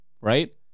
right